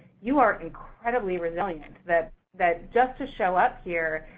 you are incredibly resilient, that that just to show up here